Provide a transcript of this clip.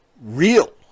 real